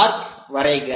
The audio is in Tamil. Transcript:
ஆர்க் வரைக